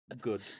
Good